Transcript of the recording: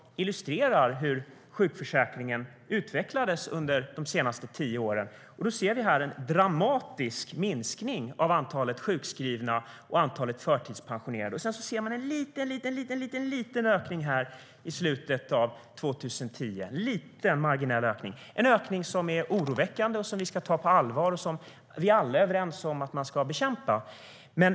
Den illustrerar hur sjukförsäkringen utvecklades under de senaste tio åren. Vi ser en dramatisk minskning av antalet sjukskrivna och förtidspensionerade, men precis i slutet av 2010 ser vi en liten, marginell ökning. Det är en ökning som är oroväckande och som vi ska ta på allvar. Vi är alla överens om att vi ska bekämpa den.